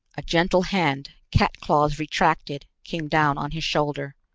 a gentle hand, cat claws retracted, came down on his shoulder.